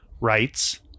rights